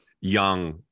young